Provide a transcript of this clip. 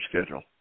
schedule